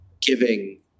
giving